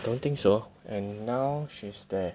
don't think so and now she's there